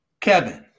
Kevin